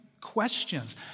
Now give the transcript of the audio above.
questions